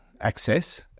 Access